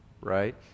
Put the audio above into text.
right